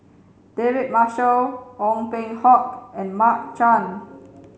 David Marshall Ong Peng Hock and Mark Chan